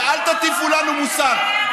ואל תטיפו לנו מוסר.